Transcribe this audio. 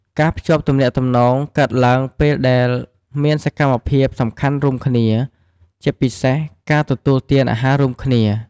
ការភ្ជាប់ទំនាក់ទំនង កើតឡើងពេលដែលមានសកម្នភាពសំខាន់រួមគ្នា ជាពិសេសការទទួលទានអាហាររួមគ្នា ។